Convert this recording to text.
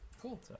Cool